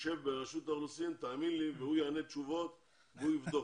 שישב ברשות האוכלוסין ותאמין לי שהוא יענה תשובות ויבדוק.